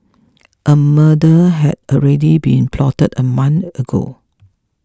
a murder had already been plotted a month ago